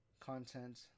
content